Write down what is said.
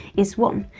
is one.